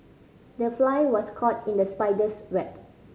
the fly was caught in the spider's web